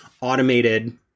automated